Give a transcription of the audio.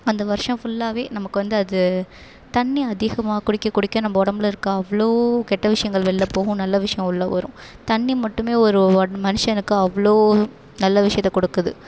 அந்த வருடம் ஃபுல்லாவே நமக்கு வந்து அது தண்ணி அதிகமாக குடிக்க குடிக்க நம்ம உடம்புல இருக்கற அவ்வளோ கெட்ட விஷயங்கள் வெளியில் போகும் நல்ல விஷயம் உள்ள வரும் தண்ணி மட்டும் ஒரு ஒன் மனுஷனுக்கு அவ்வளோ நல்ல விஷயத்தை கொடுக்குது